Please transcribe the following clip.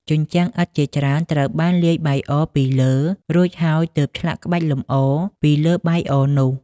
ជញ្ជាំងឥដ្ឋជាច្រើនត្រូវបានលាបបាយអរពីលើ រួចហើយទើបឆ្លាក់ក្បាច់លម្អពីលើបាយអរនោះ។